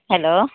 hello